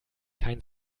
kein